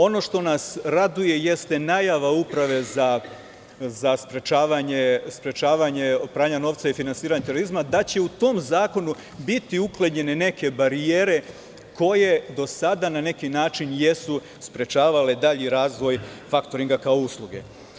Ono što nas raduje, jeste najava Uprave za sprečavanje pranja novca i finansiranja terorizma, da će u tom zakonu biti uklonjene neke barijere koje do sada na neki način jesu sprečavale dalji razvoj faktoringa kao usluge.